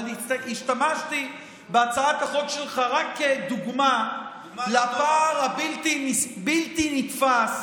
אבל השתמשתי בהצעת החוק שלך רק כדוגמה לפער הבלתי-נתפס